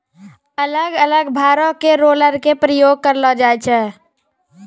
अलग अलग भारो के रोलर के प्रयोग करलो जाय छै